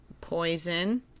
Poison